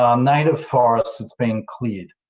um native forest that's been cleared.